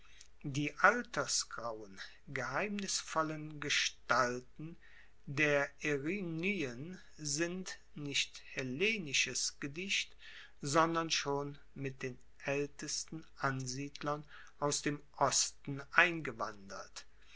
die altersgrauen geheimnisvollen gestalten der erinnyen sind nicht hellenisches gedicht sondern schon mit den aeltesten ansiedlern aus dem osten eingewandert